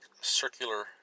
circular